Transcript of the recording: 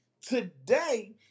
Today